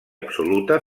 absoluta